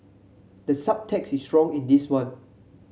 the subtext is strong in this one